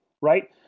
right